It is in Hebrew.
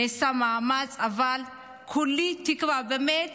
נעשה מאמץ, אבל כולי תקווה, באמת